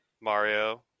Mario